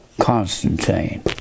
Constantine